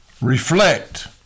Reflect